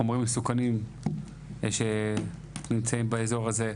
חומרים מסוכנים שנמצאים באזור הזה.